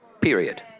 period